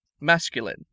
Masculine